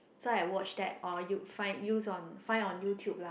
so I watch that or you find use on find on YouTube lah